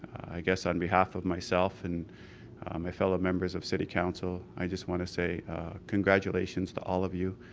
i guess on behalf of myself and my fellow members of city council i just want to say congratulations to all of you,